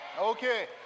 Okay